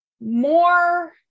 more